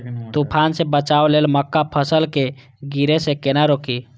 तुफान से बचाव लेल मक्का फसल के गिरे से केना रोकी?